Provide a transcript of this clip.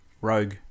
Rogue